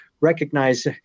recognize